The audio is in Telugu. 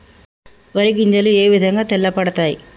వరి గింజలు ఏ విధంగా తెల్ల పడతాయి?